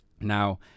Now